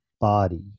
body